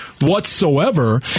whatsoever